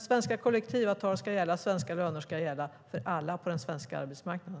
Svenska kollektivavtal och svenska löner ska gälla för alla på den svenska arbetsmarknaden.